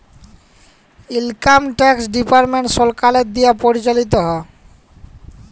income tax department সরকারের দিয়া পরিচালিত হ্যয়